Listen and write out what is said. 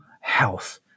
health